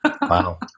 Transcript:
Wow